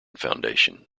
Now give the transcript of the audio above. foundation